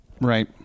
Right